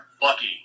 Bucky